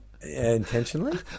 Intentionally